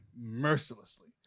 mercilessly